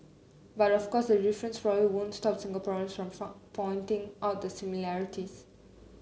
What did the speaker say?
but of course the difference won't stop Singaporeans from pointing out the similarities